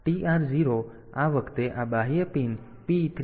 તેથી TR 0 આ વખતે આ બાહ્ય પિન P3